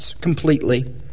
completely